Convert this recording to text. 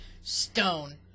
stone